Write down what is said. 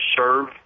serve